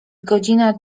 godzina